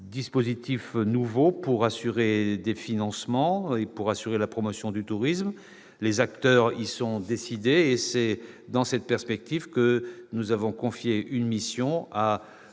dispositifs innovants pour dégager des financements et assurer la promotion du tourisme. Les acteurs y sont prêts, et c'est dans cette perspective que nous avons confié à trois